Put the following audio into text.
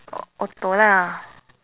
au~ auto lah